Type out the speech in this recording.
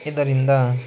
ಇದರಿಂದ